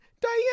Diana